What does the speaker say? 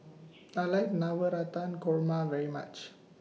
I like Navratan Korma very much